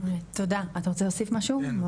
תודה, אתה רוצה להוסיף משהו?